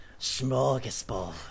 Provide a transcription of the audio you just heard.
Smorgasbord